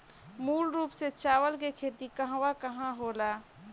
मूल रूप से चावल के खेती कहवा कहा होला?